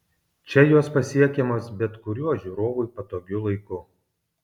čia jos pasiekiamos bet kuriuo žiūrovui patogiu laiku